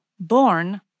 born